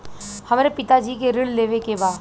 हमरे पिता जी के ऋण लेवे के बा?